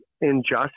injustice